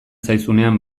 zaizunean